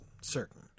certain